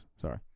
Sorry